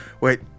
Wait